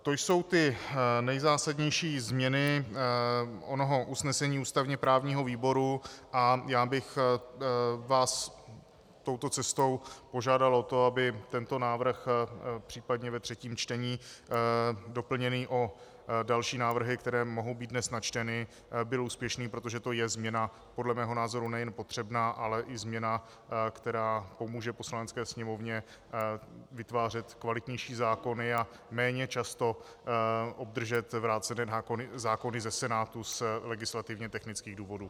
To jsou ty nejzásadnější změny onoho usnesení ústavněprávního výboru a já bych vás touto cestou požádal o to, aby tento návrh, případně ve třetím čtení doplněný o další návrhy, které mohou být dnes načteny, byl úspěšný, protože to je změna podle mého názoru nejen potřebná, ale i změna, která pomůže Poslanecké sněmovně vytvářet kvalitnější zákony a méně často obdržet zákony vrácené ze Senátu z legislativně technických důvodů.